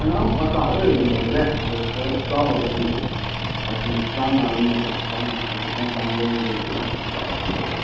ꯑꯉꯥꯡ ꯃꯆꯥ ꯑꯣꯏꯔꯗꯤ ꯂꯧꯗ꯭ꯔꯦ ꯑꯗꯣ ꯈꯔ ꯆꯥꯎꯔꯒꯗꯤ ꯆꯍꯤ ꯇꯔꯥꯃꯉꯥꯒꯤ ꯃꯊꯛ ꯇꯔꯥꯃꯉꯥ ꯇꯔꯥꯇꯔꯦꯠ ꯇꯔꯥꯅꯤꯄꯥꯟ ꯌꯧꯔꯒꯗꯤ ꯂꯨꯄꯥ ꯌꯥꯡꯈꯩ ꯂꯧꯔꯦ